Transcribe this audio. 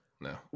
No